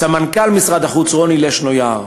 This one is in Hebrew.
וסמנכ"ל משרד החוץ רוני לשנו-יער.